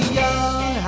young